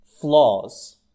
flaws